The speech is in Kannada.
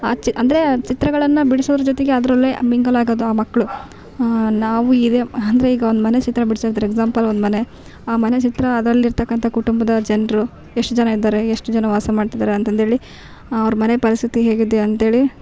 ಆ ಚಿ ಅಂದರೆ ಚಿತ್ರಗಳನ್ನು ಬಿಡಿಸೋರ ಜೊತೆಗೆ ಅದ್ರಲ್ಲೆ ಮಿಂಗಲ್ ಆಗೋದು ಆ ಮಕ್ಕಳು ನಾವು ಇದೆ ಅಂದರೆ ಈಗ ಒಂದು ಮನೆ ಚಿತ್ರ ಬಿಡ್ಸೋದು ಅದ್ರ ಎಕ್ಸಾಂಪಲ್ ಒಂದು ಮನೆ ಆ ಮನೆ ಚಿತ್ರ ಅದ್ರಲ್ಲಿ ಇರ್ತಕ್ಕಂಥ ಕುಟುಂಬದೋರ ಜನರು ಎಷ್ಟು ಜನ ಇದ್ದಾರೆ ಎಷ್ಟು ಜನ ವಾಸ ಮಾಡ್ತಿದ್ದಾರೆ ಅಂತಂದು ಹೇಳಿ ಅವ್ರ ಮನೆ ಪರಿಸ್ಥಿತಿ ಹೇಗಿದೆ ಅಂತ್ಹೇಳಿ